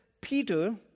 peter